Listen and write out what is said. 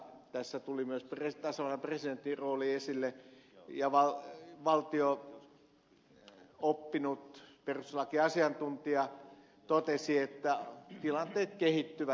tässä tuli myös tasavallan presidentin rooli esille ja valtio oppinut perustuslakiasiantuntija totesi että tilanteet kehittyvät